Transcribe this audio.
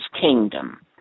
kingdom